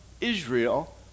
Israel